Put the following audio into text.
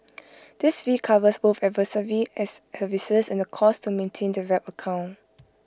this fee covers both advisory as and cost to maintain the wrap account